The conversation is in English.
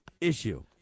issue